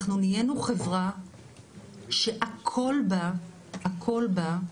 אנחנו נהיינו חברה שהכל בה או